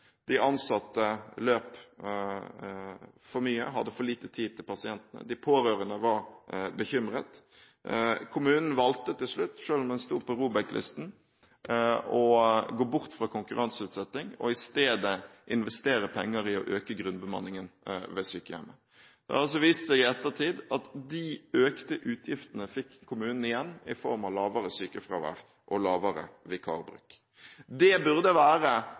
De ansatte løp for mye, hadde for lite tid til pasientene, de pårørende var bekymret. Kommunen valgte til slutt, selv om den sto på ROBEK-listen, å gå bort fra konkurranseutsetting og i stedet investere penger i økt grunnbemanning ved sykehjemmet. Det har også vist seg i ettertid at de økte utgiftene fikk kommunen igjen i form av lavere sykefravær og mindre vikarbruk. Det burde være